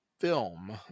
film